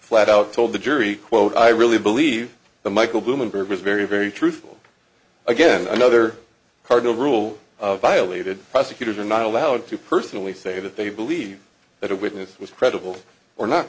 flat out told the jury quote i really believe the michael bloomberg was very very truthful again another cardinal rule of violated prosecutors are not allowed to personally say that they believe that a witness was credible or not